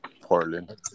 Portland